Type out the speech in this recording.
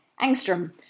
Angstrom